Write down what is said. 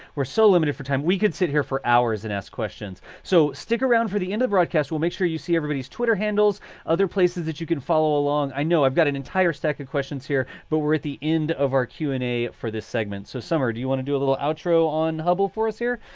we're so limited for time. we can sit here for hours and ask questions. so stick around for the end of broadcast. we'll make sure you see everybody's twitter handles other places that you can follow along. i know i've got an entire stack of questions here, but we're at the end of our q and a for this segment. so summer, do you want to do a little outro on hubble for us here?